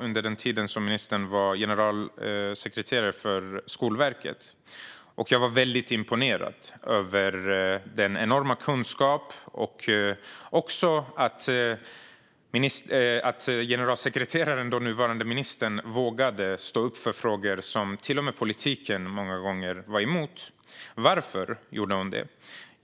under den tid ministern var generalsekreterare för Skolverket. Jag blev då imponerad av hennes enorma kunskap och av att generalsekreteraren, nuvarande ministern, vågade stå upp för frågor som till och med politiken många gånger var emot. Varför gjorde hon det?